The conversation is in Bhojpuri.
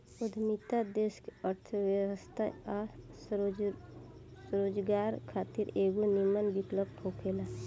उद्यमिता देश के अर्थव्यवस्था आ स्वरोजगार खातिर एगो निमन विकल्प होखेला